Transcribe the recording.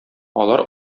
алар